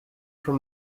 from